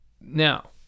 Now